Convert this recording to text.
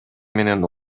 менен